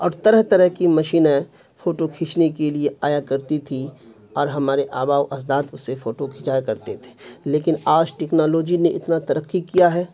اور طرح طرح کی مشینیں فوٹو کھیچنے کے لیے آیا کرتی تھیں اور ہمارے آبا و اجداد اسے فوٹو کھچایا کرتے تھے لیکن آج ٹیکنالوجی نے اتنا ترقی کیا ہے